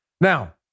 Now